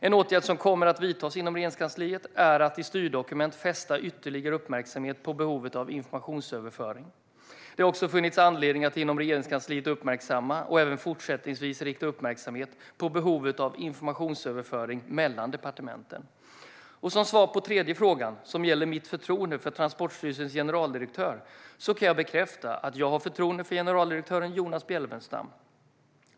En åtgärd som kommer att vidtas inom Regeringskansliet är att i styrdokument fästa ytterligare uppmärksamhet på behovet av informationsöverföring. Det har också funnits anledning att inom Regeringskansliet uppmärksamma och även fortsättningsvis rikta uppmärksamhet mot behovet av informationsöverföring mellan departementen. Som svar på den tredje frågan, som gäller mitt förtroende för Transportstyrelsens generaldirektör, kan jag bekräfta att jag har förtroende för generaldirektör Jonas Bjelfvenstam.